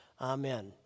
Amen